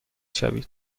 شوید